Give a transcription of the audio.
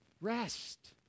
Rest